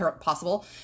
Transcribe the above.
possible